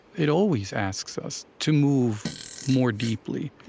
it always asks us to move more deeply,